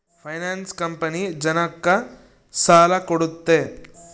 finance company ಜನಕ್ಕ ಸಾಲ ಕೊಡುತ್ತೆ